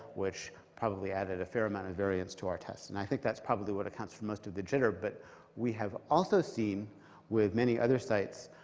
which probably added a fair amount of variance to our test. and i think that's probably what accounts for most of the jitter. but we have also seen with many other sites